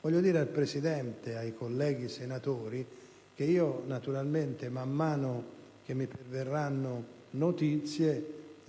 Voglio dire al Presidente e ai colleghi senatori che naturalmente, man mano che mi perverranno notizie